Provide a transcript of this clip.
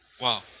Wow